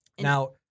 now